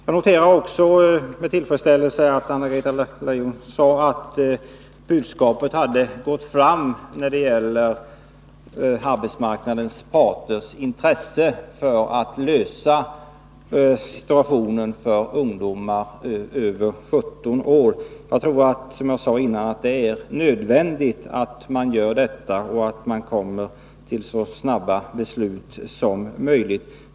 Jag noterar med tillfredsställelse att Anna-Greta Leijon sade att budskapet hade gått fram när det gäller arbetsmarknadens parters intresse för att lösa problemen för ungdomar över 17 år. Jag tror att detta är nödvändigt, och man måste fatta beslut så snabbt som möjligt.